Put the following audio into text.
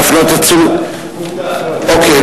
אוקיי.